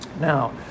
Now